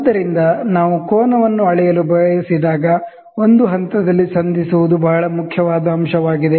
ಆದ್ದರಿಂದ ನಾವು ಆಂಗಲ್ವನ್ನು ಅಳೆಯಲು ಬಯಸಿದಾಗ ಒಂದು ಹಂತದಲ್ಲಿ ಸಂಧಿಸುವುದು ಬಹಳ ಮುಖ್ಯವಾದ ಅಂಶವಾಗಿದೆ